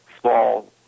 small